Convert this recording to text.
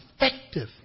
effective